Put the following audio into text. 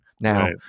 Now